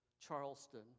Charleston